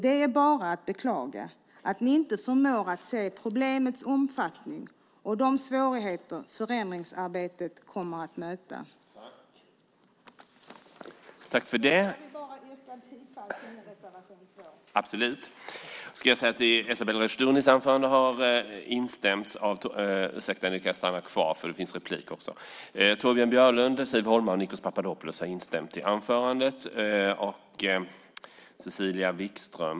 Det är bara att beklaga att ni inte förmår se problemets omfattning och de svårigheter som förändringsarbetet kommer att möta.